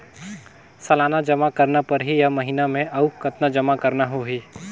सालाना जमा करना परही या महीना मे और कतना जमा करना होहि?